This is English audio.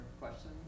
questions